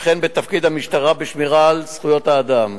וכן בתפקיד המשטרה בשמירה על זכויות האדם.